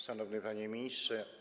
Szanowny Panie Ministrze!